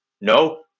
No